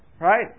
Right